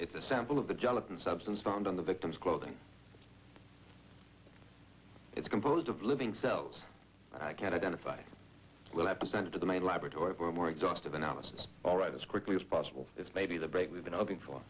it's a sample of the gelatin substance found on the victim's clothing it's composed of living cells i can identify we'll have to send to the maid laboratory for more exhaustive analysis all right as quickly as possible this may be the break we've been hoping for